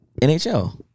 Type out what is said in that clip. NHL